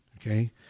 Okay